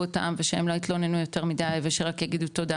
אותם ושהם לא יתלוננו יותר מידי ושרק יגידו תודה,